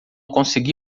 consegui